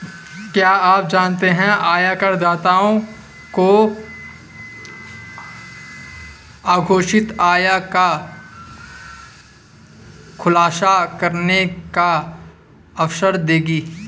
क्या आप जानते है आयकरदाताओं को अघोषित आय का खुलासा करने का अवसर देगी?